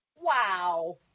Wow